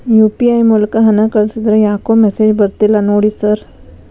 UPI ಮೂಲಕ ಹಣ ಕಳಿಸಿದ್ರ ಯಾಕೋ ಮೆಸೇಜ್ ಬರ್ತಿಲ್ಲ ನೋಡಿ ಸರ್?